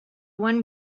one